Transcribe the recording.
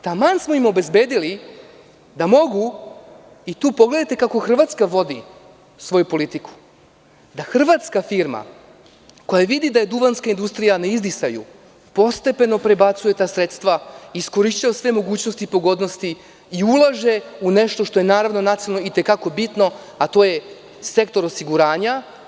Taman smo im obezbedili da, i tu pogledajte kako Hrvatska vodi svoju politiku, hrvatska firma, koja vidi da je duvanska industrija na izdisaju, postepeno prebacuje ta sredstva, iskorišćava sve mogućnosti i pogodnosti i ulaže u nešto što je, naravno, nacionalno i te kako bitno, a to je sektor osiguranja.